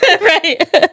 right